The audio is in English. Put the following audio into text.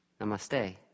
Namaste